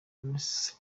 nonese